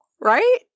right